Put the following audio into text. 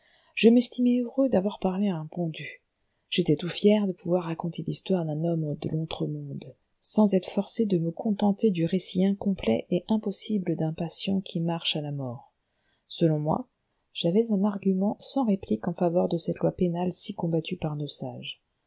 je m'estimai heureux d'avoir parlé à un pendu j'étais tout fier de pouvoir raconter l'histoire d'un homme de l'autre monde sans être forcé de me contenter du récit incomplet et impossible d'un patient qui marche à la mort selon moi j'avais un argument sans réplique en faveur de cette loi pénale si combattue par